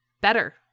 better